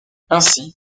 ainsi